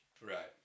Right